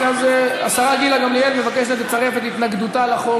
אז השרה גילה גמליאל מבקשת לצרף את התנגדותה לחוק